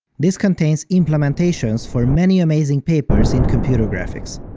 this contains implementations for many amazing papers in computer graphics.